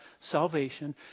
salvation